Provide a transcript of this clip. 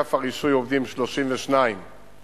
באגף הרישוי עובדים 32 עובדים.